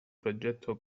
progetto